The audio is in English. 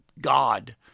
God